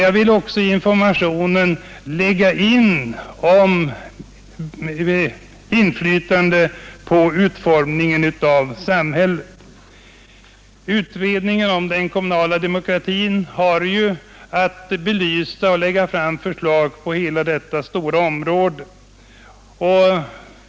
Jag vill också lägga in information om hur medborgarna kan få inflytande på utformningen av samhället. Utredningen om den kommunala demokratin har att belysa förhållandena och lägga fram förslag inom detta stora område.